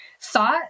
thought